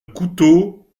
couteau